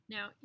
Now